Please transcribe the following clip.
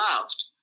loved